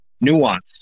nuance